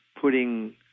putting